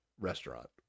restaurant